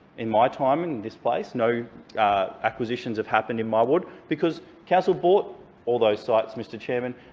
in my time in this place, no acquisitions have happened in my ward, because council bought all those sites, mr chairman,